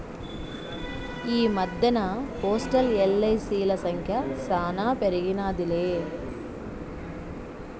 ఈ మద్దెన్న పోస్టల్, ఎల్.ఐ.సి.ల సంఖ్య శానా పెరిగినాదిలే